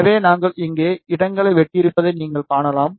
எனவே நாங்கள் இங்கே இடங்களை வெட்டியிருப்பதை நீங்கள் காணலாம்